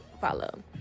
Follow